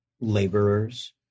laborers